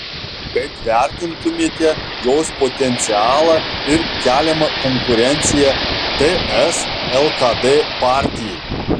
kaip vertintumėte jos potencialą ir keliamą konkurenciją ts lkd partijai